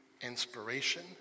inspiration